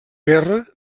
guerra